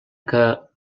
que